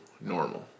normal